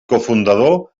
cofundador